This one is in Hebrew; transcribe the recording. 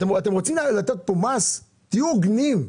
אתם רוצים להטיל כאן מס תהיו הוגנים.